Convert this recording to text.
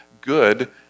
good